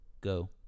Go